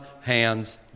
hands